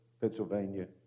Pennsylvania